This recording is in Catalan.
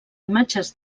imatges